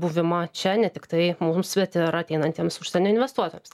buvimą čia ne tiktai mums bet ir ateinantiems užsienio investuotojams